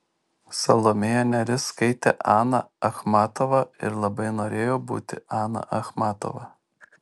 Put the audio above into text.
salomėja nėris skaitė aną achmatovą ir labai norėjo būti ana achmatova